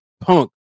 Punk